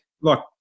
look